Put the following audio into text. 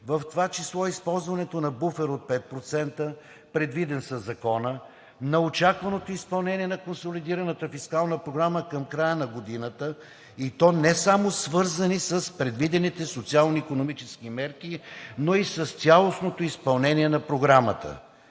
в това число използването на буфер от 5%, предвиден със Закона, на очакваното изпълнение на консолидираната фискална програма към края на годината, и то не само свързани с предвидените социално-икономически мерки, но и с цялостното изпълнение на програмата.